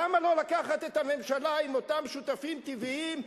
למה לא לקחת את הממשלה עם אותם "שותפים טבעיים",